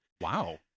Wow